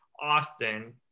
Austin